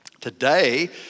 Today